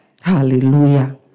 Hallelujah